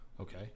Okay